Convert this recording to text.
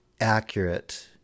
accurate